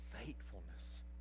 faithfulness